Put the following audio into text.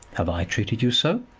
have i treated you so?